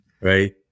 right